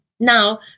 Now